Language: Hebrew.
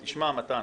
תשמע, מתן,